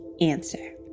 answer